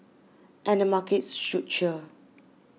and the markets should cheer